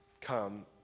come